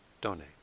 donate